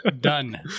Done